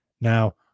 Now